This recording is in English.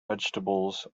vegetables